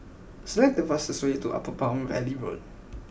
select the fastest way to Upper Palm Valley Road